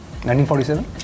1947